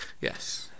yes